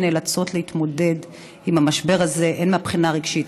שנאלצות להתמודד עם המשבר הזה הן מהבחינה הרגשית,